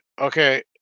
Okay